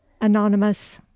Anonymous